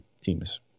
teams